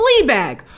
Fleabag